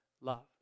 Love